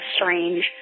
strange